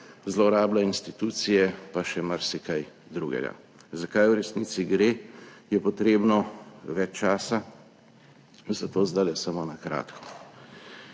zlorablja institucije, pa še marsikaj drugega. Za kaj v resnici gre, je potrebno več časa, zato zdajle samo na kratko.